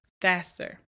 faster